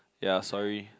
ya sorry